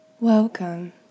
Welcome